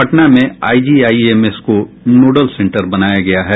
पटना में आईजीआईएमएस को nodal centre बनाया गया है